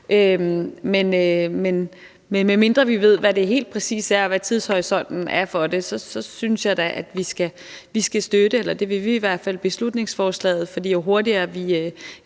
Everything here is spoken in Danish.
men medmindre vi ved, hvad det helt præcis er, og hvad tidshorisonten er for det, synes jeg da, at vi skal støtte beslutningsforslaget. Det vil vi i hvert fald. For jo hurtigere vi